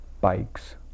bikes